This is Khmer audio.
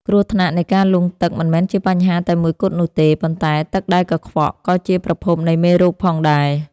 គ្រោះថ្នាក់នៃការលង់ទឹកមិនមែនជាបញ្ហាតែមួយគត់នោះទេ ប៉ុន្តែទឹកដែលកខ្វក់ក៏ជាប្រភពនៃមេរោគផងដែរ។